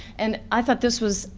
and i thought this was,